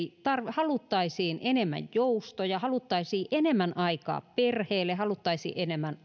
haluttaisiin enemmän joustoja haluttaisiin enemmän aikaa perheelle haluttaisiin enemmän